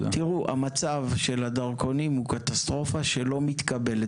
המצב של הדרכונים הוא קטסטרופה שלא מתקבלת.